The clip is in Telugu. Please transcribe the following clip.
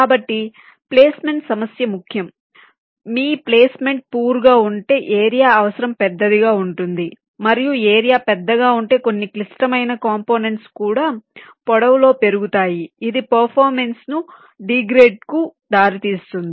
కాబట్టి ప్లేస్మెంట్ సమస్య ముఖ్యం మీ ప్లేస్మెంట్ పూర్ గా ఉంటే ఏరియా అవసరం పెద్దదిగా ఉంటుంది మరియు ఏరియా పెద్దగా ఉంటే కొన్ని క్లిష్టమైన కాంపొనెంట్స్ కూడా పొడవులో పెరుగుతాయి ఇది పెరఫార్మెన్సు డీగ్రేడేషన్ కు దారితీస్తుంది